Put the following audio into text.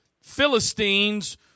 Philistines